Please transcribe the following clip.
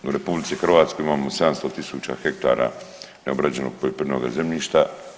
U RH imamo 700.000 hektara neobrađenog poljoprivrednoga zemljišta.